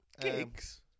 Gigs